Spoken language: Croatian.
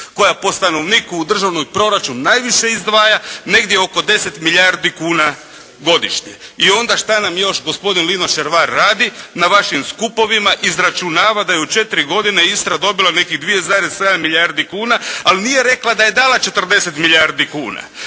koja po stanovniku u državni proračun najviše izdvaja, negdje oko 10 milijardi kuna godišnje. I onda šta nam još gospodin Lino Čeervar radi na vašim skupovima, izračunava da je u četiri godine Istra dobila nekih 2,7 milijardi kuna, ali nije rekla da je dala 40 milijardi kuna,